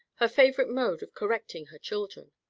her favourite mode of correcting her children.